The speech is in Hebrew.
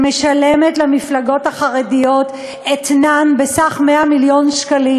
שמשלמת למפלגות החרדיות אתנן בסך 100 מיליון שקלים.